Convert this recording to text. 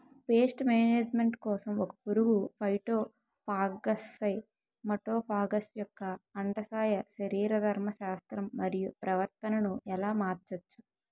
Paste management కోసం ఒక పురుగు ఫైటోఫాగస్హె మటోఫాగస్ యెక్క అండాశయ శరీరధర్మ శాస్త్రం మరియు ప్రవర్తనను ఎలా మార్చచ్చు?